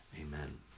Amen